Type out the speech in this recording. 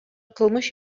кылмыш